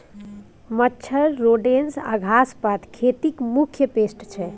मच्छर, रोडेन्ट्स आ घास पात खेतीक मुख्य पेस्ट छै